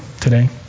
today